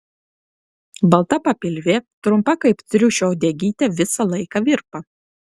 balta papilvė trumpa kaip triušio uodegytė visą laiką virpa